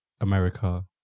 America